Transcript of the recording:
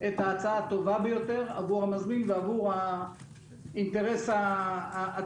את ההצעה הטובה ביותר עבור המזמין ועבור האינטרס הציבורי.